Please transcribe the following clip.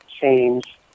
change